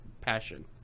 passion